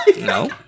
No